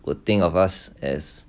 would think of us as